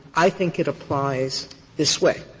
i think it applies this way.